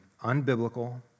unbiblical